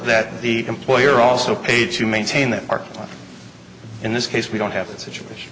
that the employer also paid to maintain that are in this case we don't have that situation